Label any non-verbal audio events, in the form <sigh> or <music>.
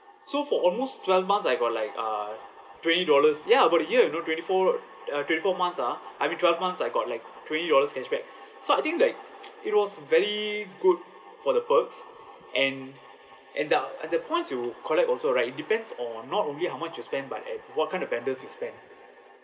so for almost twelve months I got like uh twenty dollars ya about a year you know twenty four uh twenty four months ah I mean twelve months I got like twenty dollars cashback so I think like <noise> it was very good for the perks and and uh the points you collect also right it depends on not only how much you spend but at what kind of vendors you spend